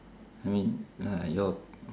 I mean uh your